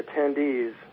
attendees